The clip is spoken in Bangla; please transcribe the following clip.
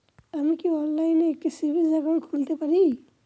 আমি কি অনলাইন একটি সেভিংস একাউন্ট খুলতে পারি?